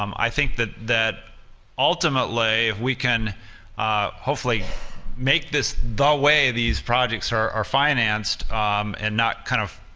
um i think that that ultimately if we can hopefully make this the way these projects are are financed and not kind of